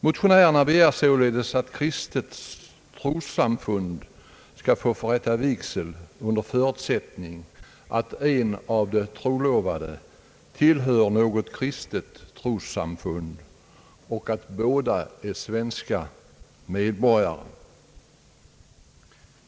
Motionärerna begär således att kristet trossamfund skall få förrätta vigsel under förutsättning att en av de trolovade tillhör något kristet trossamfund och att båda är svenska medborgare.